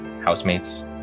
housemates